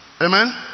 Amen